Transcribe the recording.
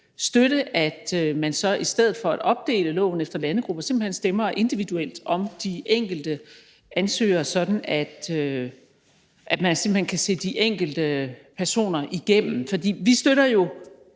støtte, at man i stedet for at opdele loven efter landegrupper simpelt hen stemmer individuelt om de enkelte ansøgere, sådan at man kan se de enkelte personer igennem. For vi støtter